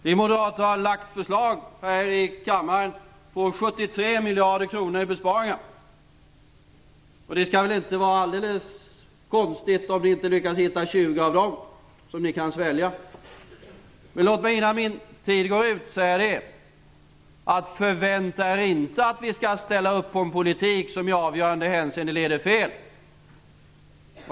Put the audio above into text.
Vi moderater har lagt fram ett förslag här i kammaren om besparingar på 73 miljarder kronor. Det skulle väl vara underligt om ni inte lyckades finna 20 av dem som ni skulle kunna svälja. Låt mig innan min taletid är slut säga att ni inte skall förvänta er att vi skall ställa upp på en politik som i avgörande hänseenden leder fel.